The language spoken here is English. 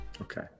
Okay